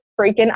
freaking